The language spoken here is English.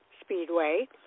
Speedway